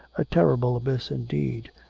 a terrible abyss indeed,